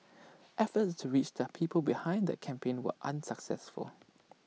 efforts to reach the people behind that campaign were unsuccessful